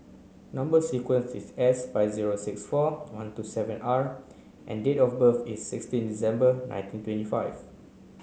number sequence is S five zero six four one two seven R and date of birth is sixteen December nineteen twenty five